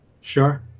sure